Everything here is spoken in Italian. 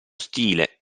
stile